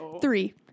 Three